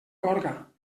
gorga